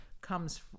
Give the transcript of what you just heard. comes